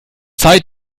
zeit